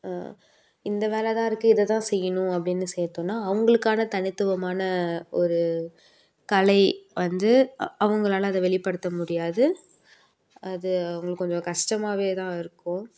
இந்த வேலை தான் இருக்குது இதை தான் செய்யணும் அப்படின்னு செய்ய சொன்னா அவங்களுக்கான தனித்துவமான ஒரு கலை வந்து அவங்களால அதை வெளிப்படுத்த முடியாது அது அவுங்களுக்கு கொஞ்சம் கஷ்டமாகவே தான் இருக்கும்